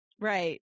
Right